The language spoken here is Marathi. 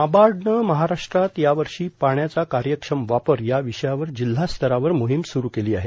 नाबार्डनं महाराष्ट्रात या वर्षी पाण्याचा कार्यक्षम वापर या विषयावर जिल्हा स्तरावर मोहीम सुरू केली आहे